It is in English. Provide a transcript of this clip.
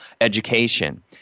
education